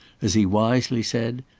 as he wisely said,